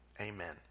Amen